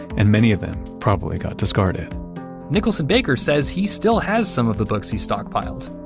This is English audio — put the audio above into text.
and many of them probably got discarded nicholson baker says he still has some of the books he stockpiled.